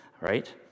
right